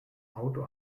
auto